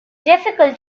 difficult